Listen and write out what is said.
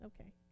Okay